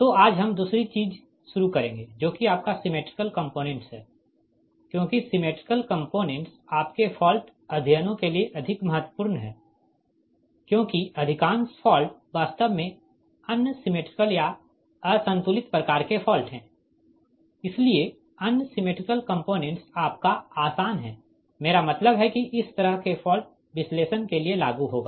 तो आज हम दूसरी चीज शुरू करेंगे जो कि आपका सिमेट्रिकल कंपोनेंट्स है क्योंकि सिमेट्रिकल कंपोनेंट्स आपके फॉल्ट अध्ययनों के लिए अधिक महत्वपूर्ण है क्योंकि अधिकांश फॉल्ट वास्तव में अनसिमेट्रिकल या असंतुलित प्रकार के फॉल्ट है इसलिए अनसिमेट्रिकल कंपोनेंट्स आपका आसान है मेरा मतलब है कि इस तरह के फॉल्ट विश्लेषण के लिए लागू होगा